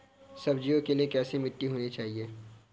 सब्जियों के लिए कैसी मिट्टी होनी चाहिए?